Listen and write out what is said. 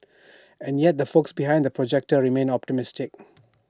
and yet the folks behind the projector remain optimistic